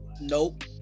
Nope